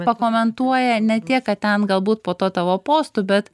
pakomentuoja ne tiek kad ten galbūt po tuo tavo postu bet